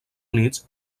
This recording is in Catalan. units